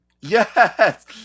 Yes